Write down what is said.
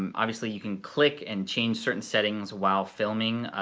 um obviously, you can click and change certain settings while filming.